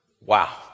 Wow